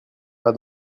pas